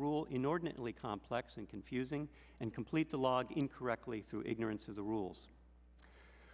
rule inordinately complex and confusing and complete the log in correctly through ignorance of the rules